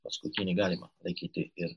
paskutinį galima laikyti ir